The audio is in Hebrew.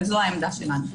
אבל זו העמדה שלנו.